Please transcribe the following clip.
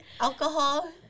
alcohol